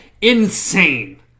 insane